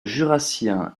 jurassien